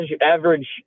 average